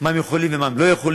מה הם יכולים ומה הם לא יכולים.